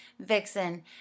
Vixen